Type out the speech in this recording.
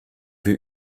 wir